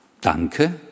Danke